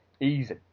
easy